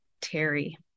Terry